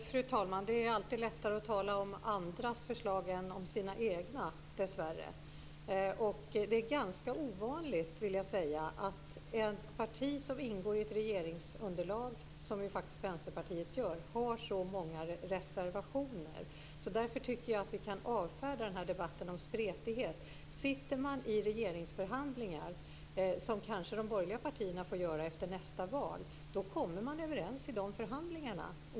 Fru talman! Det är alltid lättare att tala om andras förslag än om sina egna, dessvärre. Det är ganska ovanligt, vill jag säga, att ett parti som ingår i ett regeringsunderlag, som ju faktiskt Vänsterpartiet gör, har så många reservationer. Därför tycker jag att vi kan avfärda debatten om spretighet. Sitter man i regeringsförhandlingar, som de borgerliga partierna kanske får göra efter nästa val, då kommer man överens i dessa förhandlingar.